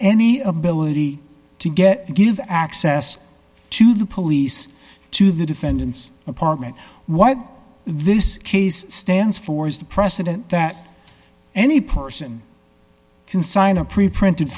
any ability to get and give access to the police to the defendant's apartment while this case stands for is the precedent that any person can sign a preprinted